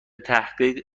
تحقیق